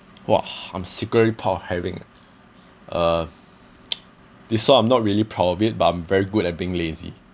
!wah! I'm secretly thought of having uh this one I'm not really proud of it but I'm very good at being lazy